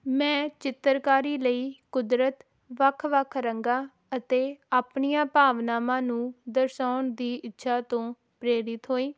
ਮੈਂ ਚਿੱਤਰਕਾਰੀ ਲਈ ਕੁਦਰਤ ਵੱਖ ਵੱਖ ਰੰਗਾਂ ਅਤੇ ਆਪਣੀਆਂ ਭਾਵਨਾਵਾਂ ਨੂੰ ਦਰਸਾਉਣ ਦੀ ਇੱਛਾ ਤੋਂ ਪ੍ਰੇਰਿਤ ਹੋਈ